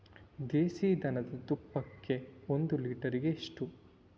ದೇಸಿ ದನದ ತುಪ್ಪಕ್ಕೆ ಒಂದು ಲೀಟರ್ಗೆ ಎಷ್ಟು?